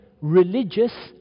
religious